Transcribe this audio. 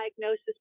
diagnosis